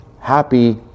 happy